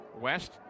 West